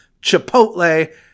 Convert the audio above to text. Chipotle